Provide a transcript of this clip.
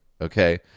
okay